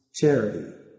charity